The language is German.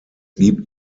gibt